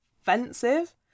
offensive